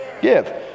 Give